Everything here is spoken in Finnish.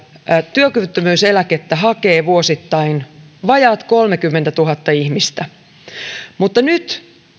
työkyvyttömyyseläkettä hakee vuosittain vajaat kolmekymmentätuhatta ihmistä nyt